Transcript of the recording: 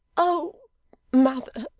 oh mother,